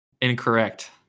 Incorrect